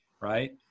Right